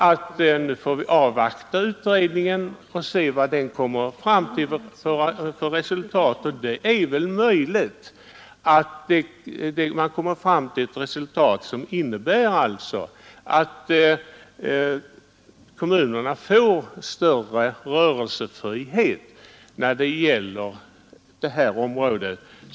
Det är väl IOföveniber 1972 möjligt att den kommer fram till ett resultat, som innebär att —— RR är å ä z ät SE Stödundervisni kommunerna får större rörelsefrihet när det gäller stödundervisningen.